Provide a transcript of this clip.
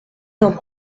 d’un